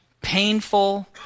painful